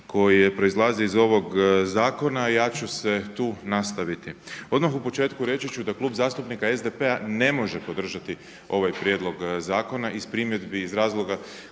koje proizlaze iz ovog zakona, ja ću se tu nastaviti. Odmah u početku reći ću da Klub zastupnika SDP-a ne može podržati ovaj prijedlog zakona iz primjedbi i razloga